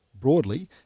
broadly